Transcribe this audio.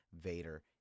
Vader